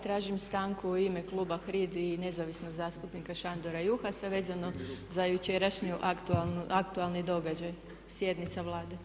Tražim stanku u ime kluba HRID-i i Nezavisnog zastupnika Šandora Juhasa vezano za jučerašnji aktualni događaj sjednica Vlade.